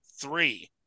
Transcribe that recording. three